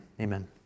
Amen